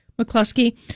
mccluskey